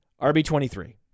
RB23